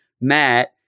Matt